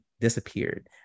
disappeared